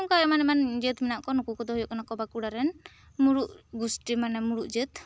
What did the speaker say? ᱱᱚᱝᱠᱟ ᱮᱢᱟᱱ ᱮᱢᱟᱱ ᱡᱟᱹᱛ ᱢᱮᱱᱟᱜ ᱠᱚᱣᱟ ᱱᱩᱠᱩ ᱠᱚ ᱫᱚ ᱠᱚ ᱦᱩᱭᱩᱜ ᱠᱟᱱᱟ ᱵᱟᱸᱠᱩᱲᱟ ᱨᱮᱱ ᱢᱩᱬᱩᱛ ᱜᱩᱥᱴᱤ ᱢᱟᱱᱮ ᱢᱩᱬᱩᱛ ᱡᱟᱹᱛ